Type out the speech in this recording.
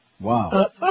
Wow